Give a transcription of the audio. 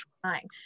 trying